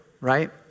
right